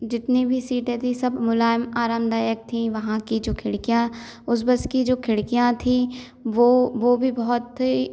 जितनी भी सीटें थीं सब मुलायम आरामदायक थी वहाँ की जो खिड़कियाँ उस बस की जो खिड़कियाँ थीं वो वो भी बहुत ही